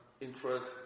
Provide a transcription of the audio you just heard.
interest